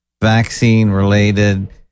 vaccine-related